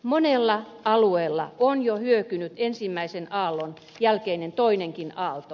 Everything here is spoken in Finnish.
monella alueella on jo hyökynyt ensimmäisen aallon jälkeinen toinenkin aalto